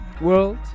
world